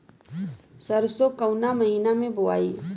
सरसो काउना महीना मे बोआई?